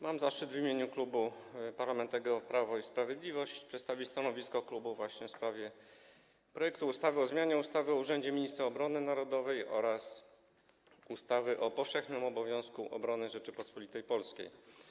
Mam zaszczyt w imieniu Klubu Parlamentarnego Prawo i Sprawiedliwość przedstawić stanowisko w sprawie projektu ustawy o zmianie ustawy o urzędzie Ministra Obrony Narodowej oraz ustawy o powszechnym obowiązku obrony Rzeczypospolitej Polskiej.